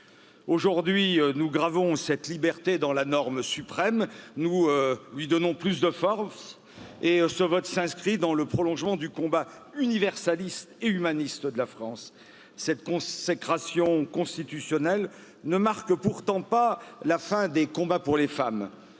Aujourd'hui, nous gravons cette liberté dans la norme suprême, nous lui donnons plus de force et ce vote s'inscrit dans le prolongement du combat universaliste et humaniste de la France. Cette consécration constitutionnelle ne marque pourtant pas la fin des combats pour les femmes.